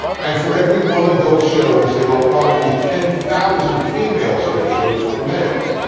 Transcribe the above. and for every one of those shows there are probably ten thousand female strip shows for males,